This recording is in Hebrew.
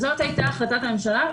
זאת הייתה החלטת הממשלה,